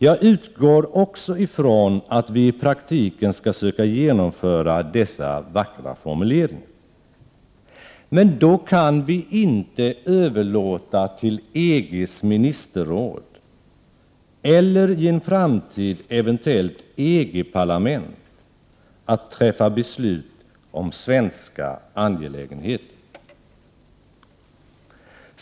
Jag utgår också ifrån att vi i praktiken skall söka förverkliga dessa vackra formuleringar. Men då kan vi inte överlåta till EG:s ministerråd, eller i en framtid till ett eventuellt EG-parlament, att fatta beslut om svenska angelägenheter.